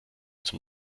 zum